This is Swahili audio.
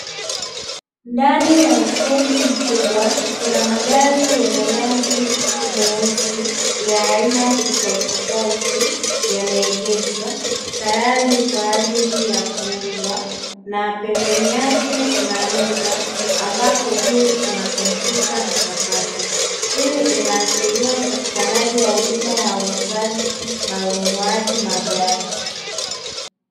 Ndani ya ukumbi mkubwa kuna magari yenye rangi nyeusi ya aina tofautitofauti, yameegeshwa tayari kwa ajili ya kuuzwa na pembeni yake kuna meza ambapo juu kuna kompyuta mpakato. Hii inaashiria upatikanaji wa huduma ya uuzaji na ununuaji magari.